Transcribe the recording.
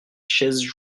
chaises